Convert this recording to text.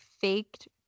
faked